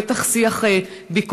בטח שיח ביקורתי,